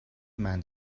man